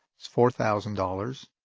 it's four thousand dollars.